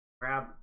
grab